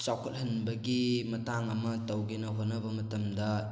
ꯆꯥꯎꯈꯠꯍꯟꯕꯒꯤ ꯃꯇꯥꯡ ꯑꯃ ꯇꯧꯒꯦꯅ ꯍꯣꯠꯅꯕ ꯃꯇꯝꯗ